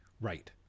right